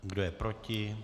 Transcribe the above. Kdo je proti?